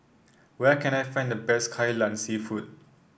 where can I find the best Kai Lan seafood